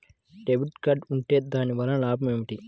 Debit card ఉంటే దాని వలన లాభం ఏమిటీ?